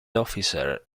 officer